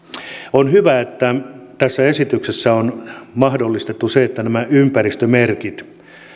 on hyvä että tässä esityksessä on mahdollistettu se että nämä ympäristömerkit